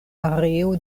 areo